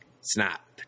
snap